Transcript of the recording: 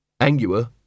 Angua